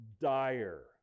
dire